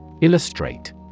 Illustrate